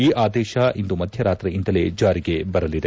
ಈ ಆದೇಶ ಇಂದು ಮಧ್ಯರಾತ್ರಿಯಿಂದಲೇ ಜಾರಿಗೆ ಬರಲಿದೆ